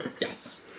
Yes